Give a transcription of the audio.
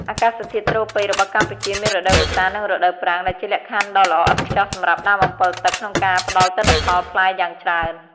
អាកាសធាតុត្រូពិចរបស់កម្ពុជាមានរដូវវស្សា និងរដូវប្រាំង ដែលជាលក្ខខណ្ឌដ៏ល្អឥតខ្ចោះសម្រាប់ដើមអម្ពិលទឹកក្នុងការផ្តល់ទិន្នផលផ្លែយ៉ាងច្រើន។